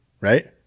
right